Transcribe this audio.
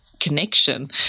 connection